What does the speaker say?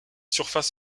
surfaces